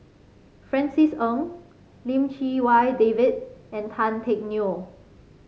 Francis Ng Lim Chee Wai David and Tan Teck Neo